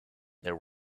there